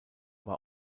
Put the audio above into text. war